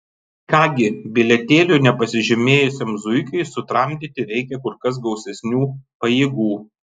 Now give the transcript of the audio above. ką gi bilietėlio nepasižymėjusiam zuikiui sutramdyti reikia kur kas gausesnių pajėgų